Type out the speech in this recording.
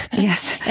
yes.